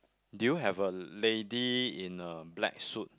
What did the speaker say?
do you have a lady in a black suit